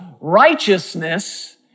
righteousness